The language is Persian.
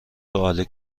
عالی